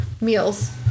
meals